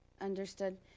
Understood